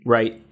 Right